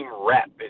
rep